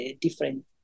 different